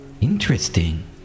Interesting